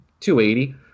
280